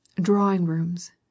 Drawing-rooms